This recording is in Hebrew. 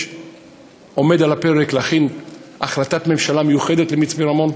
עומד על הפרק להכין החלטת ממשלה מיוחדת למצפה-רמון,